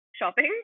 shopping